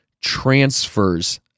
transfers